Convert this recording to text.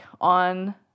on